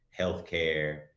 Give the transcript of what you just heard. healthcare